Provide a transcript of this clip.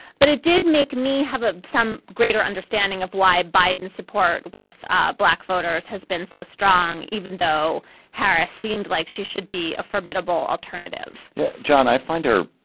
but it did make me have ah some greater understanding of why biden's support with ah black voters has been so strong, even though harris seemed like she should be a formidable alternative yeah john, i find her.